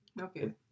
Okay